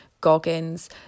Goggins